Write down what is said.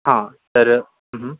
हां तर